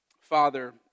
Father